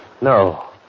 No